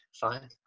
fine